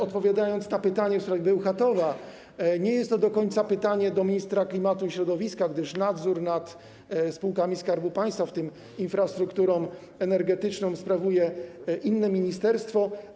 Odpowiadając na pytanie w sprawie Bełchatowa: nie jest to do końca pytanie do ministra klimatu i środowiska, gdyż nadzór nad spółkami Skarbu Państwa, w tym infrastrukturą energetyczną, sprawuje inne ministerstwo.